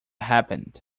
happened